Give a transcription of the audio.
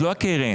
לא הקרן.